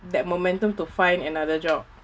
that momentum to find another job